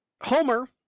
Homer